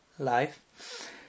life